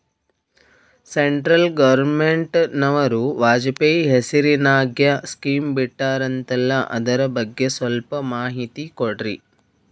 Central ಗವರ್ನಮೆಂಟನವರು ವಾಜಪೇಯಿ ಹೇಸಿರಿನಾಗ್ಯಾ scheme ಬಿಟ್ಟಾರಂತಲ್ಲ ಅದರ ಬಗ್ಗೆ ಸ್ವಲ್ಪ ಮಾಹಿತಿ ಕೊಡ್ರಿ?